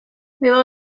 will